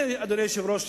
אדוני היושב-ראש,